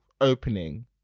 opening